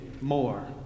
more